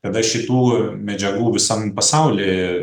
kada šitų medžiagų visam pasauly